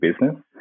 business